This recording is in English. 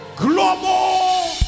Global